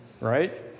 right